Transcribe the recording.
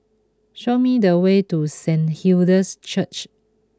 show me the way to Saint Hilda's Church